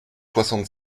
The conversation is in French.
soixante